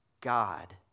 God